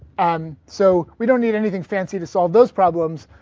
and so we don't need anything fancy to solve those problems.